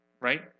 right